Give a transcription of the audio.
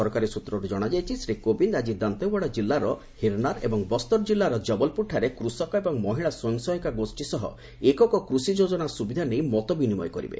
ସରକାରୀ ସୂତ୍ରରୁ କୁହାଯାଇଛି ଶ୍ରୀ କୋବିନ୍ଦ ଆଜି ଦାନ୍ତେୱାଡ଼ା ଜିଲ୍ଲାର ହିରନାର ଏବଂ ବସ୍ତର ଜିଲ୍ଲାର ଜବଲପୁରଠାରେ କୃଷକ ଏବଂ ମହିଳା ସ୍ପୟଂସହାୟିକା ଗୋଷ୍ଠା ସହ ଏକକ କୃଷି ଯୋଜନା ସୁବିଧା ନେଇ ମତ ବିନିମୟ କରିବେ